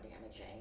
damaging